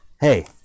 Hey